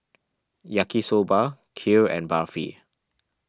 Yaki Soba Kheer and Barfi